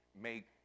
make